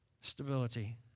Stability